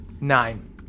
Nine